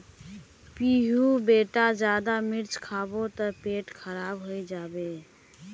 पीहू बेटा ज्यादा मिर्च खाबो ते पेट खराब हों जाबे